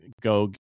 go